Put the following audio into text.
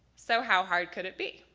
so how hard could it be?